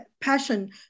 passion